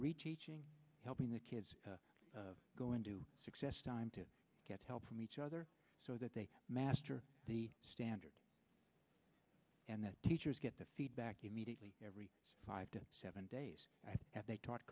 reteaching helping the kids go into success time to get help from each other so that they master the standards and that teachers get the feedback immediately every five to seven days that they taught